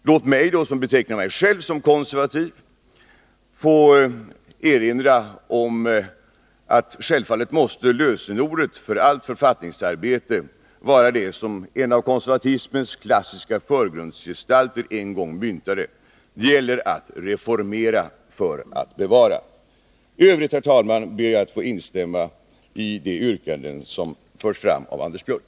Låt mig, som betecknar mig själv som konservativ, få erinra om att lösenordet för allt författningsarbete självfallet måste vara det som en av konservatismens klassiska förgrundsgestalter, Edmund Burke, en gång myntade: Det gäller att reformera för att bevara. I övrigt, herr talman, ber jag att få instämma i de yrkanden som förts fram av Anders Björck.